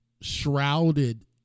shrouded